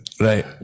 right